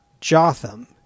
Jotham